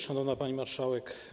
Szanowna Pani Marszałek!